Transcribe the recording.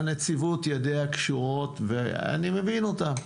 הנציבות ידיה קשורות ואני מבין אותם,